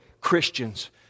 Christians